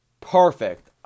perfect